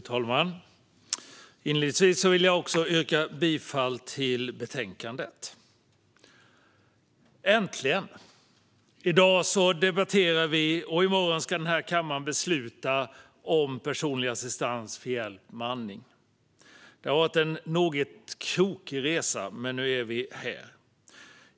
Fru talman! Inledningsvis vill jag yrka bifall till utskottets förslag i betänkandet. Äntligen! I dag debatterar vi och i morgon ska kammaren besluta om personlig assistans för hjälp med andning. Det har varit en något krokig resa, men nu är vi här.